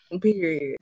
Period